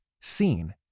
seen